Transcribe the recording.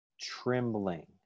trembling